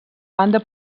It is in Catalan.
banda